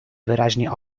wyraźnie